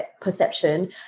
perception